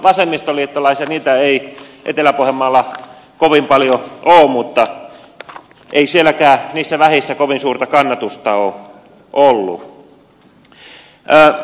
no vasemmistoliittolaisia ei etelä pohjanmaalla kovin paljon ole mutta ei sielläkään niissä vähissä kovin suurta kannatusta ole ollut